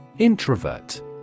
Introvert